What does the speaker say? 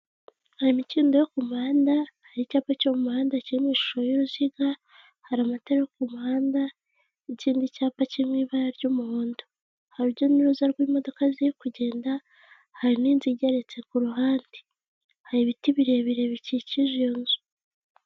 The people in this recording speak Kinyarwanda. Hari imikindo yo ku muhanda, hari icyapa cyo mu muhanda kiri mu ishusho y'uruziga, hari amatara yo ku muhanda, n'ikindi cyapa kiri mu ibara ry'umuhondo. Hari urujya n'uruza rw'imodoka ziri kugenda, hari n'inzu igeretse ku ruhande. Hari ibiti birebire bikikije iyo nzu.